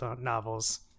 novels